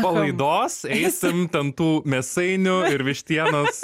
po laidos eisim ten tų mėsainių ir vištienos